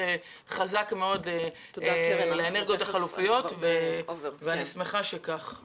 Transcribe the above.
חזק מאוד לאנרגיות החלופיות ואני שמחה שכך זה.